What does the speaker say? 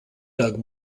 doug